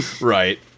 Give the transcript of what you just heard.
Right